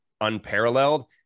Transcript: unparalleled